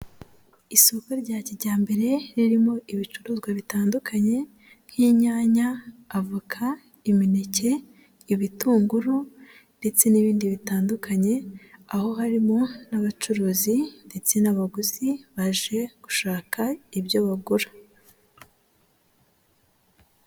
Isoko rya kijyambere ririmo ibicuruzwa bitandukanye nk'inyanya, avoka, imineke, ibitunguru ndetse n'ibindi bitandukanye aho harimo n'abacuruzi ndetse n'abaguzi baje gushaka ibyo bagura.